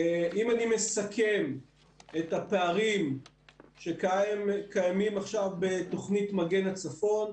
אם אני מסכם את הפערים שקיימים עכשיו בתוכנית "מגן הצפון":